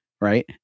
right